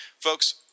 folks